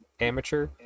amateur